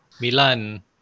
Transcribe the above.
Milan